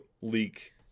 leak